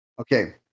Okay